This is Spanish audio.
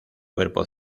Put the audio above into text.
cuerpo